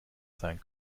sein